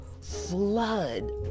flood